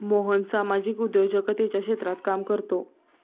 मोहन सामाजिक उद्योजकतेच्या क्षेत्रात काम करतो